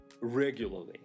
regularly